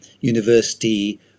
university